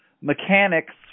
mechanics